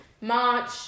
March